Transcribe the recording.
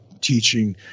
teaching